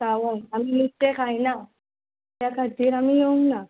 श्रावण आमी नुस्तें खायना त्या खतीर आमी येवंक ना